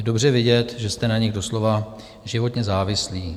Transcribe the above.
Je dobře vidět, že jste na nich doslova životně závislí.